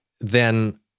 then-